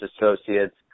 associates